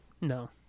No